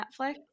Netflix